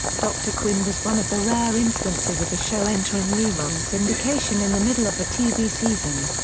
dr. quinn was one of the rare instances of a show entering rerun syndication in the middle of a tv season.